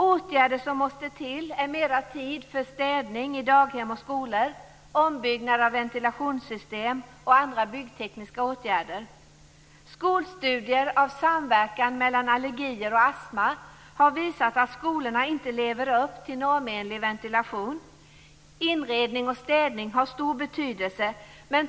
Åtgärder som måste till är mera tid för städning i daghem och skolor, ombyggnad av ventilationssystem och andra byggtekniska ingrepp. Skolstudier av samverkan mellan allergier och astma har visat att skolorna inte lever upp till normenlig ventilation. Inredning och städning har stor betydelse.